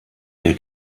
der